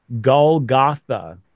Golgotha